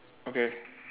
okay